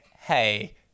hey